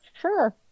Sure